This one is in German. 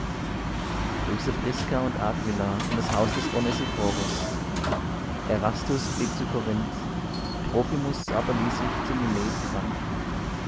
grüße priska und aquila und das haus des one siphorus erastus blieb zu korinth trophimus aber ließ ich zu milet